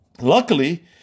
Luckily